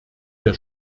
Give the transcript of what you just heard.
der